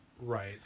Right